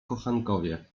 kochankowie